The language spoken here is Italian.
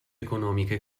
economiche